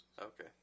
Okay